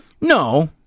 No